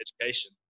education